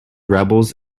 rebels